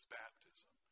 baptism